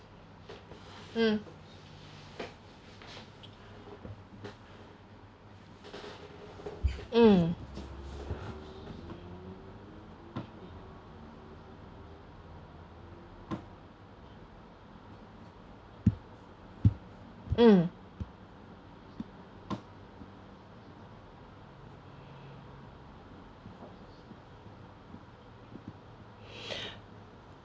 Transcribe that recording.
mm) mm mm